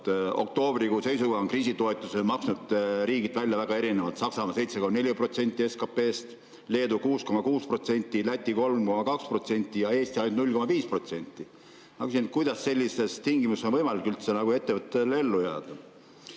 Oktoobrikuu seisuga on kriisitoetust maksnud riigid välja väga erinevalt: Saksamaa 7,4% SKP‑st, Leedu 6,6%, Läti 3,2% ja Eesti ainult 0,5%. Ma küsin: kuidas sellistes tingimustes on võimalik üldse ettevõtetel ellu jääda?